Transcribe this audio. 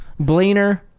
Blainer